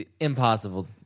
Impossible